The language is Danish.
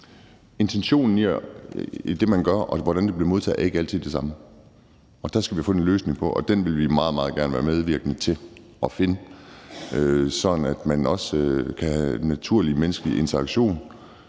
intentionen med det, man gør, og hvordan det bliver modtaget, ikke altid den samme. Det skal vi have fundet en løsning på, og den vil vi meget, meget gerne være medvirkende til at finde, sådan at man også kan have naturlig menneskelig interaktion,